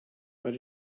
but